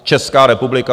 Česká republika!